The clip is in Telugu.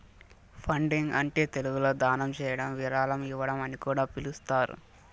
ఫండింగ్ అంటే తెలుగులో దానం చేయడం విరాళం ఇవ్వడం అని కూడా పిలుస్తారు